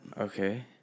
Okay